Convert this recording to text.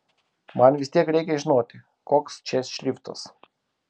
man vis tiek reikia žinoti koks čia šriftas